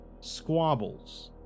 squabbles